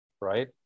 Right